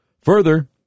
Further